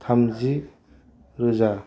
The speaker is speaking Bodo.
थामजि रोजा